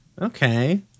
Okay